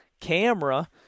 camera